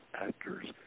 actors